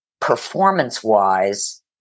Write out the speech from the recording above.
performance-wise